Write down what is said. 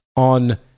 on